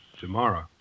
tomorrow